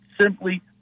simply